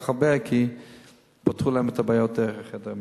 הרבה כי פתרו להם את הבעיות דרך חדר מיון.